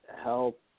help